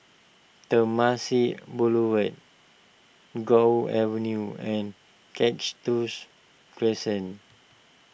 Temasek Boulevard Guok Avenue and Catch Crescent